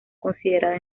considerada